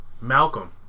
Malcolm